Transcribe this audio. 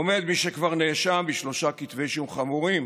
עומד מי שכבר נאשם בשלושה כתבי אישום חמורים